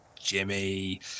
Jimmy